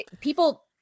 people